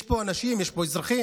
יש פה אנשים, יש פה אזרחים.